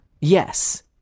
yes